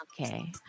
Okay